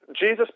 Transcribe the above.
Jesus